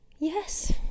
yes